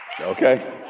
Okay